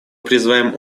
призываем